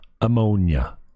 ammonia